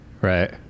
Right